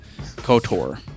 KOTOR